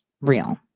real